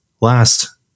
last